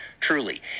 Truly